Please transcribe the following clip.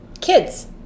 Kids